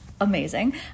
amazing